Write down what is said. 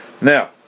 Now